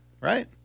right